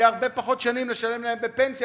יהיה הרבה פחות שנים לשלם להם פנסיה.